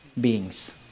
beings